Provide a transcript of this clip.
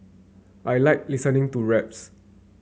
I like listening to raps